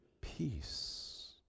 peace